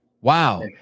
Wow